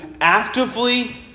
actively